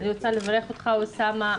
אני מברכת אותך, אוסאמה.